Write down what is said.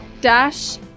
dash